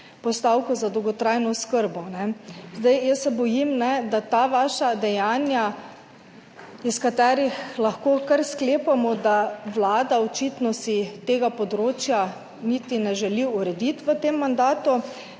postavko za dolgotrajno oskrbo. Jaz se bojim, da ta vaša dejanja, iz katerih lahko kar sklepamo, da Vlada očitno tega področja niti ne želi urediti v tem mandatu,